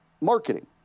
marketing